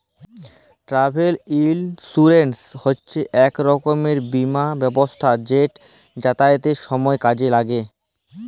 travel insurance হছে ইক রকমের বীমা ব্যবস্থা যেট যাতায়াতের সময় কাজে ল্যাগে